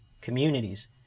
communities